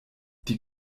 die